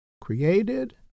created